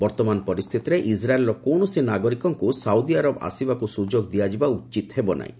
ବର୍ତ୍ତମାନ ପରିସ୍ଥିତିରେ ଇସ୍ରାଏଲ୍ର କୌଣସି ନାଗରିକଙ୍କୁ ସାଉଦି ଆରବ ଆସିବାକୁ ସୁଯୋଗ ଦିଆଯିବା ଉଚିତ୍ ହେବ ନାହିଁ